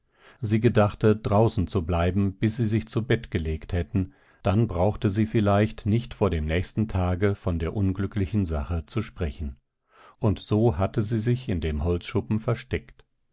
sie gedachte draußen zu bleiben bis sie sich zu bett gelegt hätten dann brauchte sie vielleicht nicht vor dem nächsten tage von der unglücklichen sache zu sprechen und so hatte sie sich in dem holzschuppen versteckt